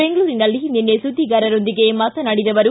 ಬೆಂಗಳೂರಿನಲ್ಲಿ ನಿನ್ನೆ ಸುದ್ದಿಗಾರರೊಂದಿಗೆ ಮಾತನಾಡಿದ ಅವರು